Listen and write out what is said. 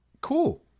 cool